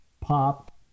pop